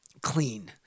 clean